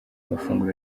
mafunguro